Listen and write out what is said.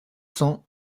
cents